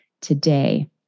today